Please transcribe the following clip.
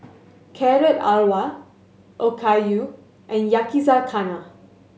Carrot Halwa Okayu and Yakizakana